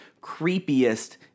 creepiest